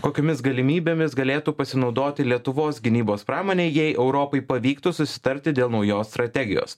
kokiomis galimybėmis galėtų pasinaudoti lietuvos gynybos pramonė jei europai pavyktų susitarti dėl naujos strategijos